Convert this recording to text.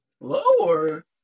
Lower